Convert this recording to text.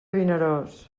vinaròs